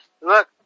look